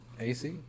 AC